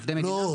לא,